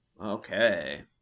Okay